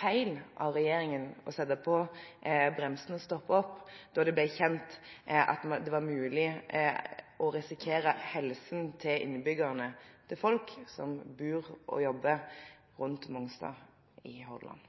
feil av regjeringen å sette på bremsene og stoppe opp da det ble kjent at det var mulig at man risikerte helsen til innbyggerne, til folk som bor og jobber rundt Mongstad i Hordaland?